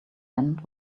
end